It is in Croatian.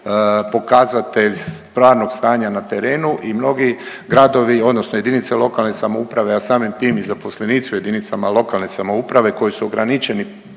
pokazatelj stvarnog stanja na terenu i mnogi gradovi odnosno jedinice lokalne samouprave, a samim tim i zaposlenici u jedinicama lokalne samouprave koji su ograničeni